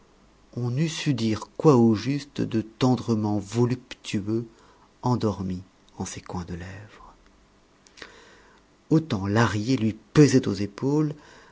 on n'eût su dire quoi au juste de tendrement voluptueux endormi en ses coins de lèvres autant lahrier lui pesait aux épaules